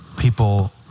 People